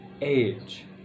Age